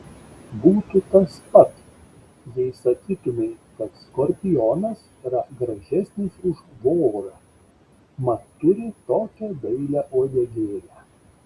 būtų tas pat jei sakytumei kad skorpionas yra gražesnis už vorą mat turi tokią dailią uodegėlę